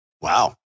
Wow